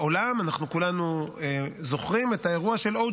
בעולם אנחנו כולנו זוכרים את האירוע של או.